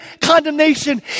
condemnation